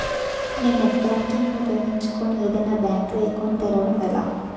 నేను net banking ను ఉపయోగించుకుని ఏదైనా బ్యాంక్ లో అకౌంట్ తెరవడం ఎలా?